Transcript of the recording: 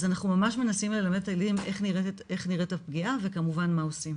אז אנחנו ממש מנסים ללמד את הילדים איך נראית הפגיעה וכמובן מה עושים.